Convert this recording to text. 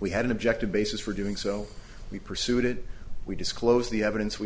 we had an objective basis for doing so we pursued it we disclosed the evidence we